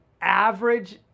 average